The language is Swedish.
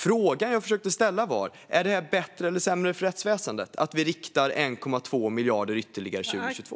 Frågan jag försökte ställa var: Är det bättre eller sämre för rättsväsendet att vi föreslår 1,2 miljarder kronor ytterligare för 2022?